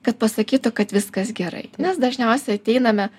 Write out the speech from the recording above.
kad pasakytų kad viskas gerai nes dažniausiai ateiname